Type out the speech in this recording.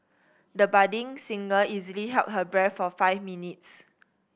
the budding singer easily held her breath for five minutes